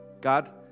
God